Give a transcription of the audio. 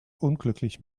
unglücklich